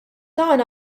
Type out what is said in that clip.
tagħna